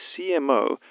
CMO